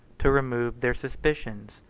to remove their suspicions,